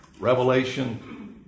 Revelation